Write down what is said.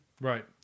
Right